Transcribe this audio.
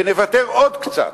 ונוותר עוד קצת,